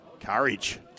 Courage